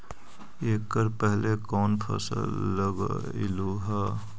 एकड़ पहले कौन फसल उगएलू हा?